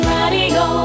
Radio